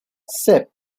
sep